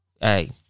Hey